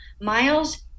Miles